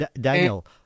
Daniel